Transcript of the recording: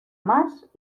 más